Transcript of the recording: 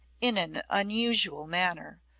in an unusual manner,